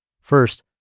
First